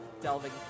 delving